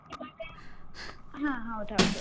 ಇವಾಗ ಹಾಂ ಹೌದೌದು